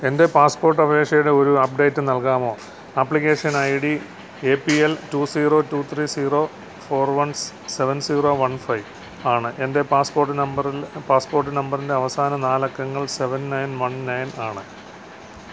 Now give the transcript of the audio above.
എൻ്റെ പാസ്പോട്ട് അപേക്ഷയുടെ ഒരു അപ്ഡേറ്റ് നൽകാമോ application I D A P L two zero two three zero four one seven zero one five ആണ് എൻ്റെ passport നമ്പറിൽ പാസ്പോർട്ട് നമ്പറിൻ്റെ അവസാന നാല് അക്കങ്ങൾ സെവൺ ണയൻ വൺ ണയൻ ആണ്